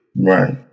right